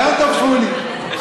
רעיון טוב, שמולי.